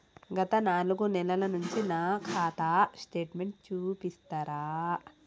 గత నాలుగు నెలల నుంచి నా ఖాతా స్టేట్మెంట్ చూపిస్తరా?